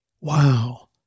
Wow